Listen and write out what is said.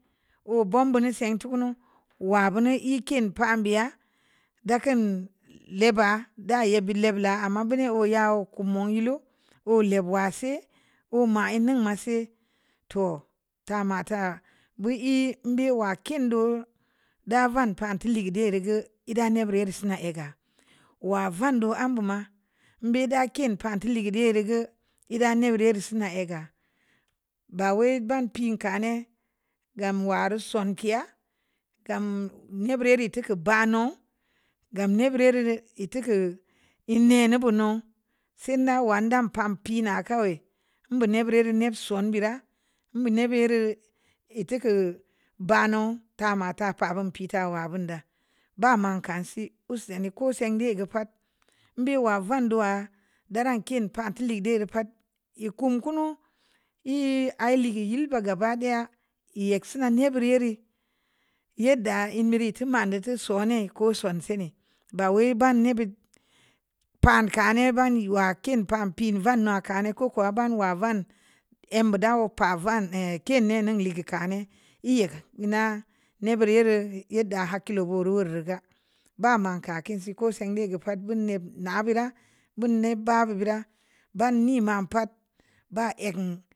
O’ ba'm buni se'nə tukunu wa buni e’ kin pa bia’ daa’ kan le'ba da ye'bii le'h la ama buni o’ ya wo kum mo'o’ yelu o’ le'g wa se’ o’ ma nneŋ ma se’ toh ta ma ta bu ii mbe’ wa kin do'o’ da van pa te li gə de’ reu gə e’ da ne’ bure’ sina aga wa van do am bu ma mbe’ da kin pan te’ ligi de’ ri gə ida ne’ bure’ sina a'ga ba wai’ ban pi kə ne’ gam wareu son ke’ gam ne’ bure’ rii tuku bano'o’ gam ne’ bure’ reu et tuku'a nneŋ na bunu se'nda wadan pam puna kawai mbune’ bure reu ne'p son bira mbime’ ye'be’ ye’ reu e’ tuku banu tama ta pa bun pi ta wa bun da ba man ka si usaini ko sende’ gə pa'at əm bi wa van du'a daran kin paute’ le’ dereu pa'at e’ kun kunu ii ri i lighe yel baga badaya ye'k sina ne’ buri ye rii yedda mbe'ri taman do tu sone ko'o sonsai ne ba wai bane’ bi't pan kane’ ba nii wa kin pan pin vana kane’ ko'o kuwa ban wa van əm dawo pa van eh ke'ne’ nneŋ leugə kanee’ e’ yagə e’ na ne’ buri ye'reu yedda hakkilo voo’ reu wareu gə ba man kə ke’ si koo’ se'nde’ gə pa'at bune’ na bura'a bu ne’ ba-bu biira ban nii ma'n pa'at ba'ek nu.